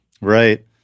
Right